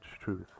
truth